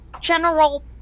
general